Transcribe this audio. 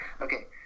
okay